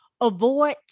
Avoid